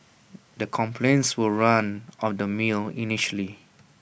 the complaints were run of the mill initially